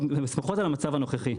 שמחות על המצב הנוכחי.